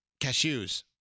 Cashews